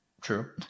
true